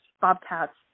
bobcats